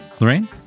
Lorraine